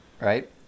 Right